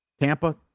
Tampa